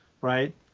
right